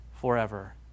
forever